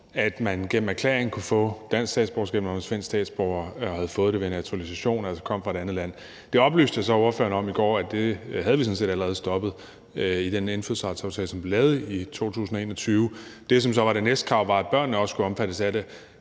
at man gennem erklæring kunne få dansk statsborgerskab, når man var svensk statsborger og var blevet det ved naturalisation, altså kom fra et andet land. Det oplyste jeg så ordføreren om i går at vi sådan set allerede havde stoppet i den indfødsretsaftale, som vi lavede i 2021. Det, som så var det næste krav, var, at børnene også skulle omfattes af det.